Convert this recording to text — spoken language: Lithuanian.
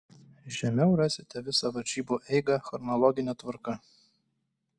žemiau rasite visą varžybų eigą chronologine tvarka